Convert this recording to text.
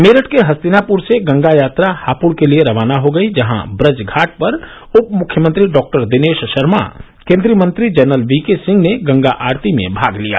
मेरठ के हस्तिनापुर से गंगा यात्रा हापुड़ के लिये रवाना हो गयी जहां ब्रज घाट पर उप मुख्यमंत्री डॉक्टर दिनेश ार्मा केन्द्रीय मंत्री जनरल वीके सिंह ने गंगा आरती में भाग लिया